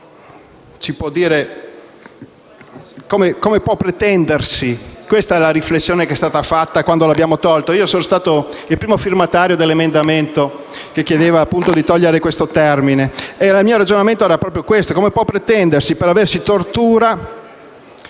come può pretendersi